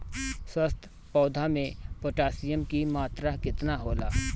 स्वस्थ पौधा मे पोटासियम कि मात्रा कितना होला?